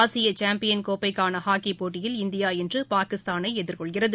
ஆசியசாம்பியன் கோப்பைக்கானஹாக்கிபோட்டியில் இந்தியா இன்றுபாகிஸ்தானைஎதிர்கொள்கிறது